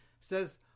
says